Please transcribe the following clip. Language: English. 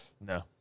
no